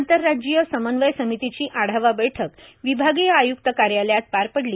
आंतरराज्यीय समन्वय समितीची आढावा बैठक विभागीय आय्क्त कार्यालयात पार पडली